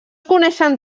coneixen